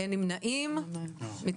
אין נמנעים, אין